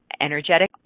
Energetic